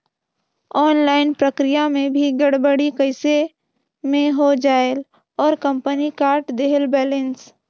Online प्रक्रिया मे भी गड़बड़ी कइसे मे हो जायेल और कंपनी काट देहेल बैलेंस?